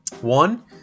One